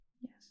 Yes